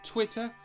Twitter